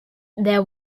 there